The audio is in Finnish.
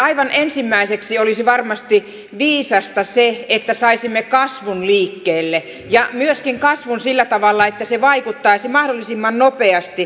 aivan ensimmäiseksi olisi varmasti viisasta se että saisimme kasvun liikkeelle ja myöskin sillä tavalla että se vaikuttaisi mahdollisimman nopeasti